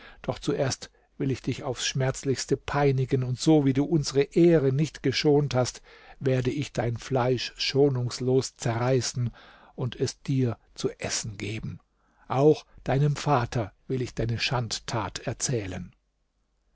doch zuerst will ich dich aufs schmerzlichste peinigen und so wie du unsere ehre nicht geschont hast werde ich dein fleisch schonungslos zerreißen und es dir zu essen geben auch deinem vater will ich deine schandtat erzählen